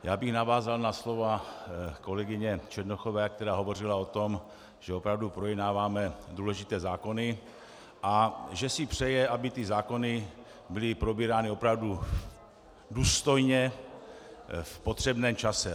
Já bych navázal na slova kolegyně Černochové, která hovořila o tom, že opravdu projednáváme důležité zákony a že si přeje, aby zákony byly probírány opravdu důstojně v potřebném čase.